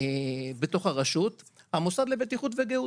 בתוך הרשות, המוסד לבטיחות וגיהות.